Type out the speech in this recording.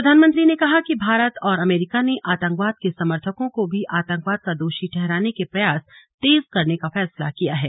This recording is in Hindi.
प्रधानमंत्री ने कहा कि भारत और अमरीका ने आतंकवाद के समर्थकों को भी आतंकवाद का दोषी ठहराने के प्रयास तेज करने का फैसला किया है